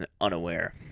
unaware